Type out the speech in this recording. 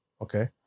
Okay